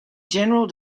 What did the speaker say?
general